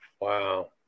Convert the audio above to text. Wow